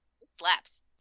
slaps